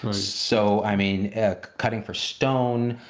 so i mean cutting for stone,